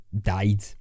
died